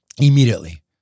Immediately